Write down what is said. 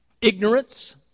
ignorance